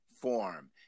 form